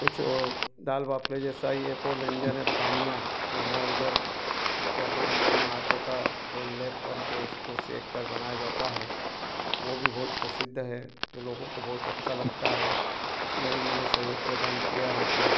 कुछ ओ दाल वाफले जैसा ही एक और व्यंजन है पानिया जो हमारे इधर पत्तों के बीच में आटे का वो लेप करके उसको सेक कर बनाया जाता है वो भी बहुत प्रसिद्ध है जो लोगों को बहुत अच्छा लगता है उसमें भी मैंने सहयोग प्रदान किया है अपना